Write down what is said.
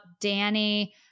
Danny